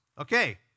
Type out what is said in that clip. Okay